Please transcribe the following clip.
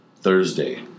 Thursday